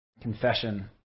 confession